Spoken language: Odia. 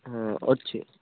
ହଁ ଅଛି